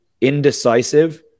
indecisive